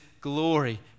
glory